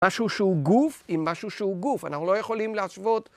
משהו שהוא גוף, עם משהו שהוא גוף, אנחנו לא יכולים להשוות.